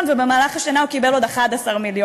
ובמהלך השנה הוא קיבל עוד 11 מיליון.